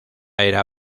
era